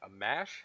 Amash